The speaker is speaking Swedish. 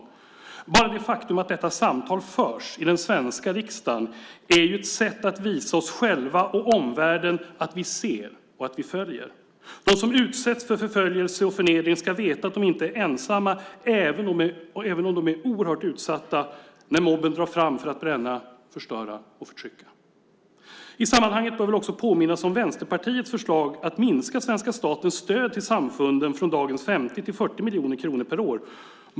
Bara det faktum att detta samtal förs i den svenska riksdagen är ju ett sätt att visa oss själva och omvärlden att vi ser och att vi följer. De som utsätts för förföljelse och förnedring ska veta att de inte är ensamma, även om de är oerhört utsatta när mobben drar fram för att bränna, förstöra och förtrycka. I sammanhanget bör det väl också påminnas om Vänsterpartiets förslag att minska svenska statens stöd till samfunden från dagens 50 till 40 miljoner kronor per år.